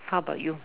how about you